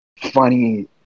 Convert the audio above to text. funny